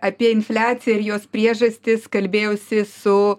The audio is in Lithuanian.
apie infliaciją ir jos priežastis kalbėjausi su